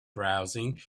browsing